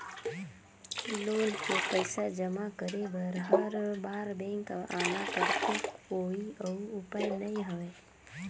Loan के पईसा जमा करे बर हर बार बैंक आना पड़थे कोई अउ उपाय नइ हवय?